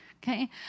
okay